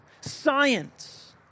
science